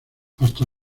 hasta